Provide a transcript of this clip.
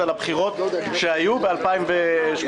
זה על הבחירות שהיו ב-2018?